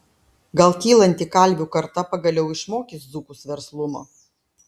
gal kylanti kalvių karta pagaliau išmokys dzūkus verslumo